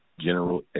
General